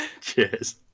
Cheers